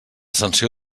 sanció